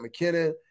McKinnon